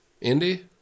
Indy